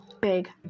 big